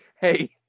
hey